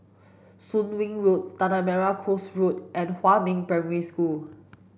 Soon Wing Road Tanah Merah Coast Road and Huamin Primary School